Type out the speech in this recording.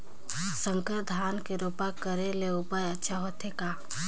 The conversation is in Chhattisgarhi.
संकर धान के रोपा करे ले उपज अच्छा होथे का?